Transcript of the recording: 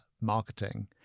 marketing